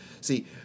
See